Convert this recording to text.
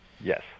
Yes